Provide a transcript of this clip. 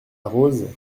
rose